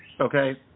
okay